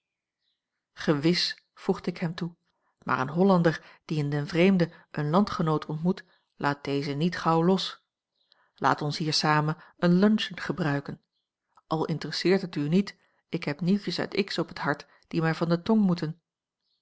gewis voegde ik hem toe maar een hollander die in den vreemde een landgenoot ontmoet laat dezen niet gauw los laat ons hier samen een luncheon gebruiken al interesseert het u niet ik heb nieuwtjes uit x op het hart die mij van de tong moeten